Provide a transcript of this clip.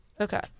Okay